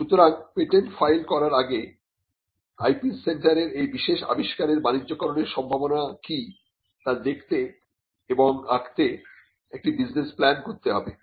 সুতরাং patent file করার আগে IP সেন্টারে এই বিশেষ আবিষ্কারের বাণিজ্যকরনের সম্ভাবনা কি তা দেখতে বা আঁকতে একটি বিজনেস প্ল্যান করতে হবে